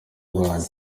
rwanyu